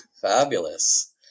Fabulous